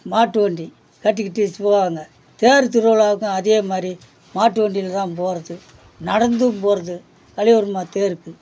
மாட்டு வண்டி கட்டிக்கிட்டு போவாங்க தேர் திருவிழாவுக்கும் அதே மாதிரி மாட்டு வண்டியில் தான் போகிறது நடந்தும் போகிறது கலியபெருமாள் தேருக்கு